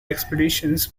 expeditions